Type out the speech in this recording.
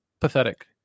pathetic